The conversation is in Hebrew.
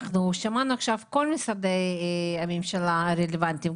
שמענו את כל משרדי הממשלה הרלוונטיים,